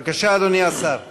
בבקשה, אדוני השר.